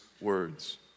words